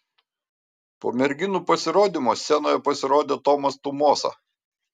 po merginų pasirodymo scenoje pasirodė tomas tumosa